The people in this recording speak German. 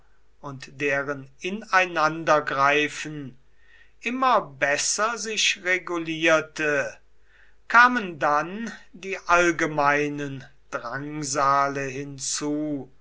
und deren ineinandergreifen immer besser sich regulierte kamen dann die allgemeinen drangsale hinzu